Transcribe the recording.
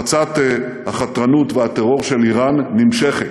הפצת החתרנות והטרור של איראן נמשכת.